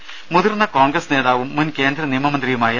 രുദ മുതിർന്ന കോൺഗ്രസ് നേതാവും മുൻ കേന്ദ്ര നിയമ മന്ത്രിയുമായ എച്ച്